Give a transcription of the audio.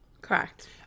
Correct